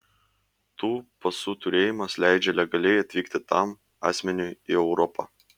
tų pasų turėjimas leidžia legaliai atvykti tam asmeniui į europą